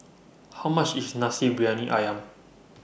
How much IS Nasi Briyani Ayam